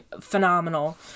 phenomenal